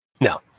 no